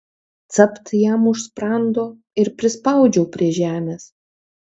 capt jam už sprando ir prispaudžiau prie žemės